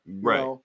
right